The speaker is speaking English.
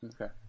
Okay